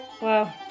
Wow